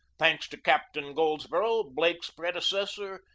thanks to captain goldsborough, blake's predecessor,